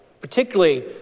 Particularly